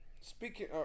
Speaking